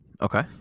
Okay